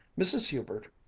mrs. hubert,